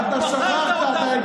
אתה מכרת אותם, אתה זרקת אותם לזבל.